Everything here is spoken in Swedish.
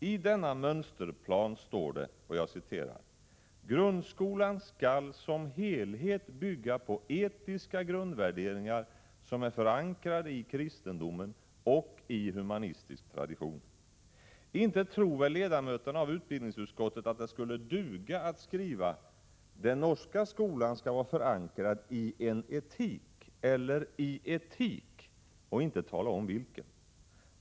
I denna mönsterplan står det: Grundskolan skall som helhet bygga på etiska grundvärderingar som är förankrade i kristendomen och i humanistisk tradition. Inte tror väl ledamöterna av utbildningsutskottet att det skulle duga att skriva att den norska skolan skall vara förankrad i en etik eller i etik, utan att man talar om vilken?